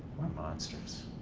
we're monsters.